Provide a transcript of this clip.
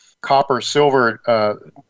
copper-silver